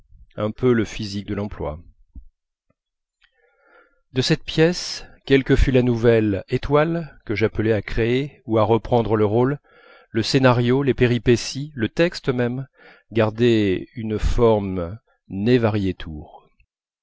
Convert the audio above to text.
un peu le physique de l'emploi de cette pièce quelle que fût la nouvelle étoile que j'appelais à créer ou à reprendre le rôle le scénario les péripéties le texte même gardaient une forme ne